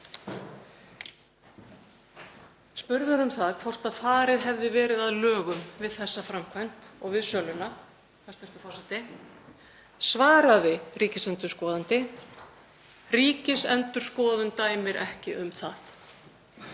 spurður um það hvort farið hefði verið að lögum við þessa framkvæmd og við söluna, þá svaraði ríkisendurskoðandi: Ríkisendurskoðun dæmir ekki um það.